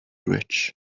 rich